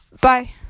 Bye